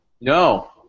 No